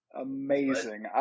Amazing